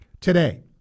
today